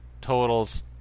totals